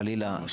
חלילה,